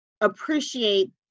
appreciate